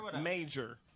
Major